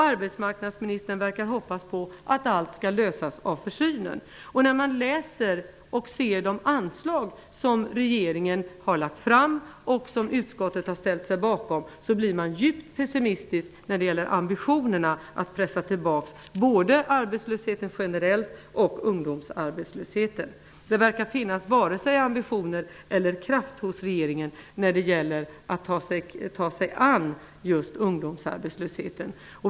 Arbetsmarknadsministern verkar hoppas på att allt skall lösas av försynen. När man läser de anslagsförslag som regeringen har lagt fram och som utskottet har ställt sig bakom blir man djupt pessimistisk vad gäller ambitionerna att pressa tillbaks både arbetslösheten generellt och ungdomsarbetslösheten. Det verkar varken finnas ambitioner eller kraft hos regeringen när det gäller att ta sig an just ungdomsarbetslösheten.